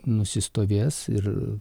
nusistovės ir